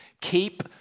keep